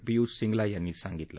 पियुष सिंगला यांनी सांगितलं